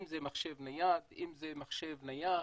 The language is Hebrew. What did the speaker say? אם זה מכשיר נייד, אם מכשיר נייח